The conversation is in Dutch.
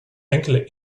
enkele